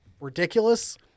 ridiculous